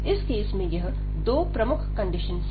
इस केस में यह दो प्रमुख कंडीशन हैं